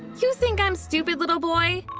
you think i'm stupid, little boy!